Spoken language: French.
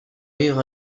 vivre